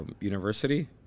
university